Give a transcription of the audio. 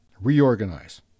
reorganize